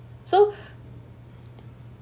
so